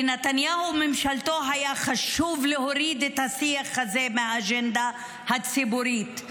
לנתניהו וממשלתו היה חשוב להוריד את השיח הזה מהאג'נדה הציבורית,